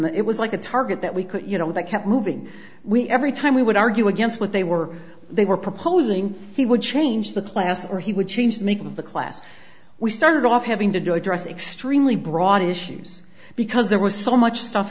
that it was like a target that we could you know that kept moving we every time we would argue against what they were they were proposing he would change the class or he would change the making of the class we started off having to do address extremely broad issues because there was so much stuff